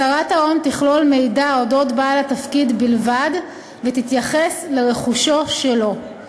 הצהרת ההון תכלול מידע על אודות בעל התפקיד בלבד ותתייחס לרכושו שלו.